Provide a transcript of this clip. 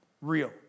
real